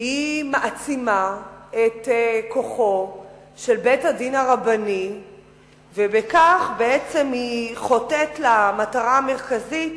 היא מעצימה את כוחו של בית-הדין הרבני ובכך היא חוטאת למטרה המרכזית